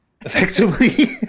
effectively